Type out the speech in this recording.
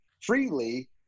freely